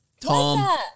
Tom